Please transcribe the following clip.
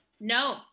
No